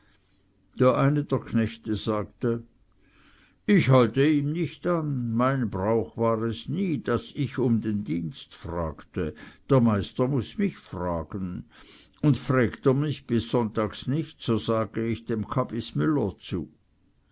eine der knechte sagte ich halte ihm nicht an mein brauch war es nie daß ich um den dienst fragte der meister mußte mich fragen und frägt er mich bis sonntags nicht so sage ich dem kabismüller zu